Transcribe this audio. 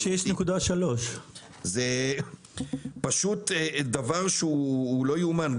6.3. זה פשוט דבר שהוא לא יאומן.